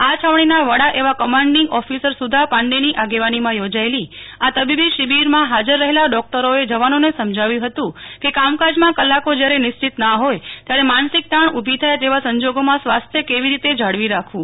આ છાવણી ના વડા એવા commanding officer Sudha Pandey ની આગેવાની માં યોજાયેલી આ તબીબી શિબિર માં ફાજર રહેલા ડોક્ટરો એ જવાનોને સમજાવ્યું ફતું કે કામકાજ માં કલાકો જ્યારે નિશ્ચિત ના જોય ત્યારે માનસિક તાણ ઊભી થાય તેવા સંજોગો માં સ્વાસ્થ્ય કેવી રીતે જાળવી રાખવું